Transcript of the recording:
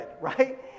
right